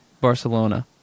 Barcelona